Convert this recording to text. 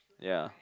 ya